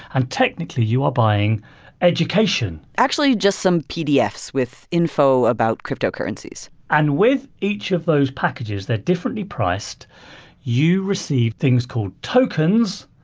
and technically, you are buying education actually, just some pdfs with info about cryptocurrencies and with each of those packages they're differently priced you receive things called tokens,